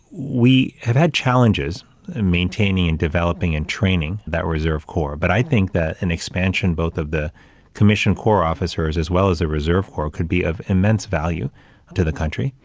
we have had challenges in maintaining and developing and training that reserve corps. but i think that an expansion, both of the commissioned corps officers as well as a reserve corps, could be of immense value to the country.